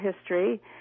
history